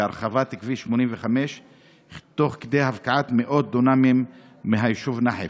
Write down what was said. והרחבת כביש 85 תוך כדי הפקעת מאות דונמים מהיישוב נחף.